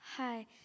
Hi